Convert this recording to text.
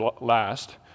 last